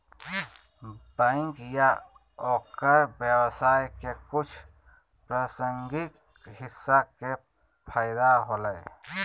bank या ओकर व्यवसाय के कुछ प्रासंगिक हिस्सा के फैदा होलय